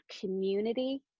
community